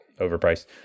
overpriced